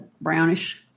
brownish